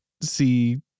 see